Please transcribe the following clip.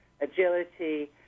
agility